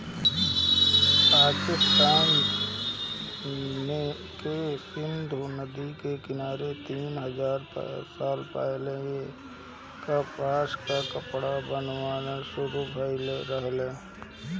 पाकिस्तान के सिंधु नदी के किनारे तीन हजार साल पहिले कपास से कपड़ा बनल शुरू भइल रहे